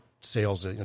sales